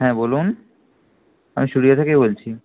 হ্যাঁ বলুন আমি স্টুডিও থেকেই বলছি